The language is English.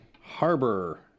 harbor